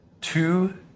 two